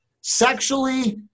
sexually